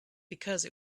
because